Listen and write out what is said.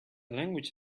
language